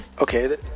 Okay